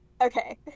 Okay